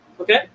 Okay